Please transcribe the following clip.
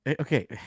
okay